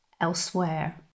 elsewhere